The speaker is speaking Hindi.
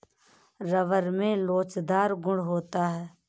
रबर में लोचदार गुण होता है